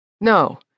No